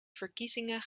verkiezingen